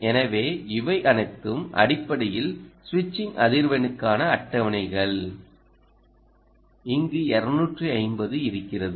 எனவே இவை அனைத்தும் அடிப்படையில் சுவிட்சிங் அதிர்வெண்ணுக்கான அட்டவணைகள் இங்கு 250 இருக்கிறது